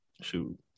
Shoot